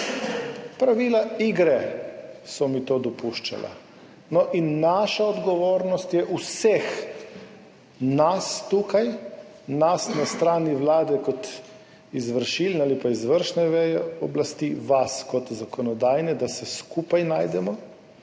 pravila igre so mi to dopuščala. No in naša odgovornost je, vseh nas tukaj, nas na strani Vlade kot izvršilne ali izvršne veje oblasti, vas kot zakonodajne, da se skupaj najdemo.